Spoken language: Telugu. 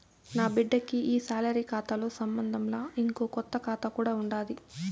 నాబిడ్డకి ఈ సాలరీ కాతాతో సంబంధంలా, ఇంకో కొత్త కాతా కూడా ఉండాది